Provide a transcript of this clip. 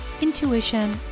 intuition